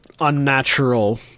unnatural